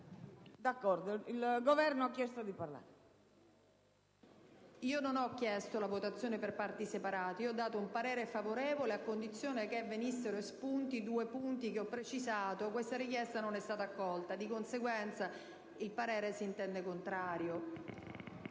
mare*. Signora Presidente, io non ho chiesto la votazione per parti separate. Ho dato un parere favorevole, a condizione che venissero espunti i due punti che ho precisato. Questa richiesta non è stata accolta; di conseguenza il parere si intende contrario.